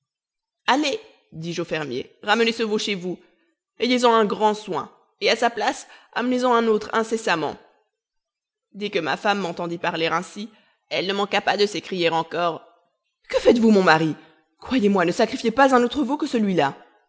allez dis-je au fermier ramenez ce veau chez vous ayez-en un grand soin et à sa place amenez en un autre incessamment dès que ma femme m'entendit parler ainsi elle ne manqua pas de s'écrier encore que faites-vous mon mari croyez-moi ne sacrifiez pas un autre veau que celui-là